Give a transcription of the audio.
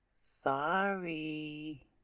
Sorry